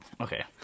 Okay